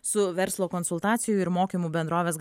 su verslo konsultacijų ir mokymų bendrovės